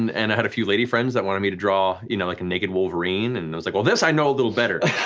and i and had a few lady friends that wanted me to draw you know like a naked wolverine, and it was like well this i know a little better.